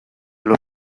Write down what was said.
los